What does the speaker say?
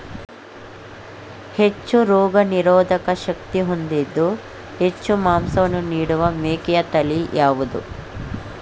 ಹೆಚ್ಚು ರೋಗನಿರೋಧಕ ಶಕ್ತಿ ಹೊಂದಿದ್ದು ಹೆಚ್ಚು ಮಾಂಸವನ್ನು ನೀಡುವ ಮೇಕೆಯ ತಳಿ ಯಾವುದು?